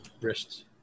wrists